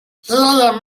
helium